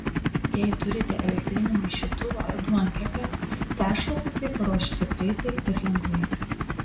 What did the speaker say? jei turite elektrinį maišytuvą ar duonkepę tešlą picai paruošite greitai ir lengvai